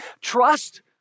trust